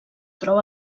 troba